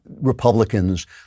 Republicans